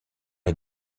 est